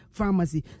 Pharmacy